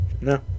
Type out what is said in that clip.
No